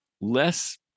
less